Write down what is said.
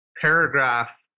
paragraph